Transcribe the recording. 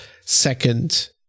second